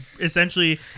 essentially